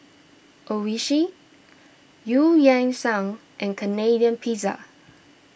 Oishi Eu Yan Sang and Canadian Pizza